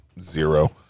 zero